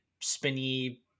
spinny